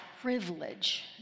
privilege